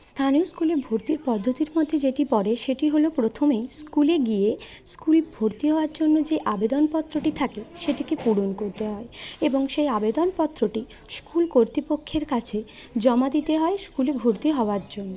স্থানীয় স্কুলে ভর্তির পদ্ধতির মধ্যে যেটি পড়ে সেটি হলো প্রথমেই স্কুলে গিয়ে স্কুল ভর্তি হওয়ার জন্য যে আবেদনপত্রটি থাকে সেটিকে পূরণ করতে হয় এবং সেই আবেদনপত্রটি স্কুল কর্তৃপক্ষের কাছে জমা দিতে হয় স্কুলে ভর্তি হবার জন্য